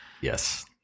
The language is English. yes